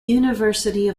university